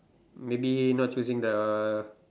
maybe not choosing the